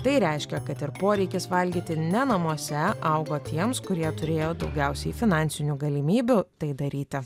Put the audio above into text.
tai reiškia kad ir poreikis valgyti ne namuose augo tiems kurie turėjo daugiausiai finansinių galimybių tai daryti